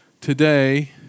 Today